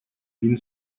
wien